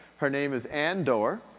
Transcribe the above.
her name is ann doerr,